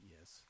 Yes